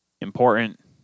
important